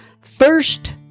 first